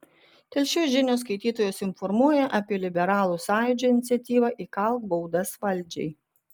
telšių žinios skaitytojus informuoja apie liberalų sąjūdžio iniciatyvą įkalk baudas valdžiai